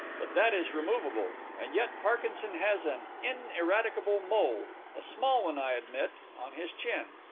but that is removable. and yet parkinson has an ineradicable mole a small one, i admit on his chin.